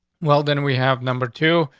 well, then we have number two.